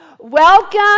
Welcome